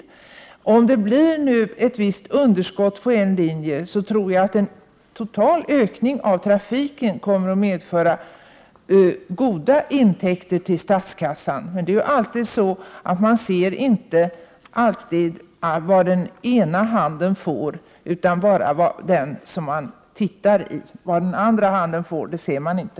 Även om det blir ett visst underskott på en linje, kan en total ökning av trafiken medföra goda intäkter till statskassan. Man ser ofta bara vad den ena handen får, vad den andra får ser man inte.